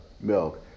milk